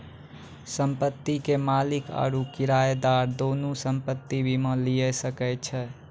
संपत्ति के मालिक आरु किरायादार दुनू संपत्ति बीमा लिये सकै छै